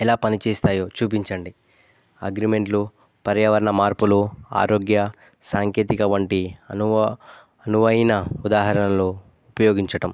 ఎలా పనిచేస్తాయో చూపించండి అగ్రిమెంట్లు పర్యావరణ మార్పులు ఆరోగ్య సాంకేతిక వంటి అనువా అనువైన ఉదాహరణలు ఉపయోగించటం